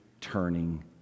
turning